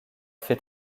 fait